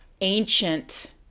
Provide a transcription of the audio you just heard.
ancient